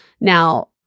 Now